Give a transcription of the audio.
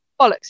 Bollocks